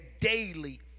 daily